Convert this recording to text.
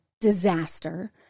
disaster